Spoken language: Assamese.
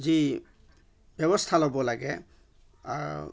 যি ব্যৱস্থা ল'ব লাগে